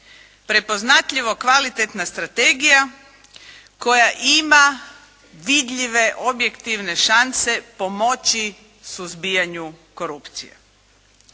Prepoznatljivo kvalitetna strategija koja ima vidljive objektivne šanse pomoći suzbijanju korupcije.